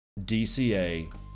DCA